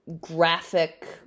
graphic